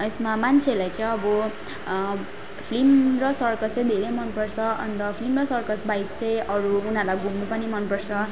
यसमा मान्छेहरूलाई चाहिँ अब फिल्म र सर्कस चाहिँ धेरै मनपर्छ अन्त फिल्म र सर्कसबाहेक चाहिँ अरू उनीहरूलाई घुम्नु पनि मनपर्छ